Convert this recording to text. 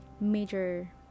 major